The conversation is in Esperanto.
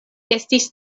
estis